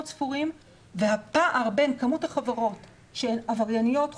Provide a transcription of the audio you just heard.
ספורים והפער בין כמות החברות שהן עברייניות חוזרות,